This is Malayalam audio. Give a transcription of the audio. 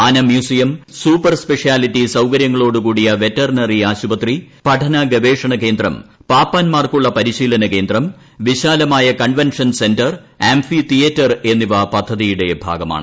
ആന മ്യൂസിയം സൂപ്പർ സ്പെഷ്യാലിറ്റി സൌകര്യങ്ങളോടുകൂടിയ വെറ്ററിനറി ആശുപത്രി പഠനഗവേഷണ കേന്ദ്രം പാപ്പാൻമാർക്കുള്ള പരിശീലന കേന്ദ്രം വിശാലമായ കൺവെൻഷൻ സെന്റർ ആംഫി തിയേറ്റർ എന്നിവ പദ്ധതിയുടെ ഭാഗമാണ്